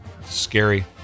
scary